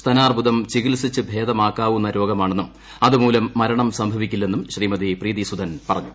സ്തനാർബുദാ് ചികിത്സിച്ച് ഭേദമാക്കാവുന്ന രോഗമാണെന്നും അതുമൂലം ്മർണം സംഭവിക്കില്ലെന്നും ശ്രീമതി പ്രീതി സുതൻ പറഞ്ഞു